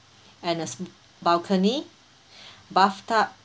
and a sm~ balcony bathtub